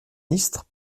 ministre